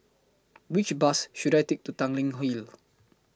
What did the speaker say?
Which Bus should I Take to Tanglin Hill